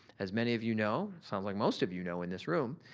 as many of you know, sounds like most of you know in this room,